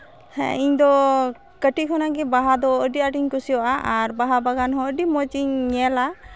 ᱦᱮᱸ ᱤᱧᱫᱚ ᱠᱟᱹᱴᱤᱡ ᱠᱷᱚᱱᱟᱜ ᱜᱮ ᱵᱟᱦᱟ ᱫᱚ ᱟᱹᱰᱤ ᱟᱸᱴᱤᱧ ᱠᱩᱥᱤᱭᱟᱜᱼᱟ ᱟᱨ ᱟᱨ ᱵᱟᱦᱟ ᱵᱟᱜᱟᱱ ᱦᱚᱸ ᱟᱹᱰᱤ ᱢᱚᱡᱽ ᱤᱧ ᱧᱮᱞᱟ